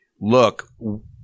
look